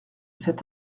cet